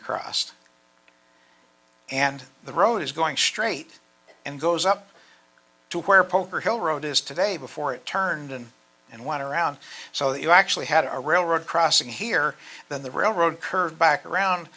across and the road is going straight and goes up to where poker hill road is today before it turned in and want to round so that you actually had a railroad crossing here then the railroad curb back around